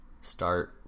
start